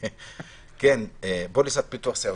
הרביעי שמעוגן פוליסת ביטוח סיעודי.